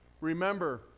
Remember